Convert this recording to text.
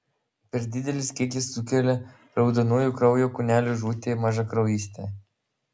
per didelis kiekis sukelia raudonųjų kraujo kūnelių žūtį mažakraujystę